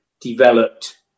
developed